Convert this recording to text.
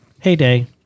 heyday